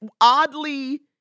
oddly